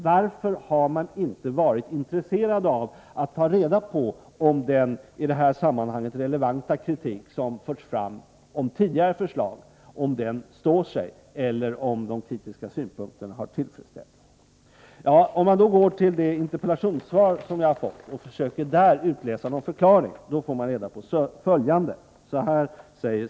Varför har man inte varit intresserad av att ta reda på om den i detta sammanhang relevanta kritik som förts fram beträffande tidigare förslag står sig eller om de kritiska synpunkterna har tillfredsställts? Om man går till det interpellationssvar som jag har fått och där försöker utläsa någon förklaring, får man reda på följande.